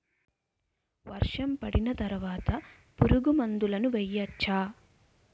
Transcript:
వర్షం పడిన తర్వాత పురుగు మందులను వేయచ్చా?